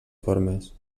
formes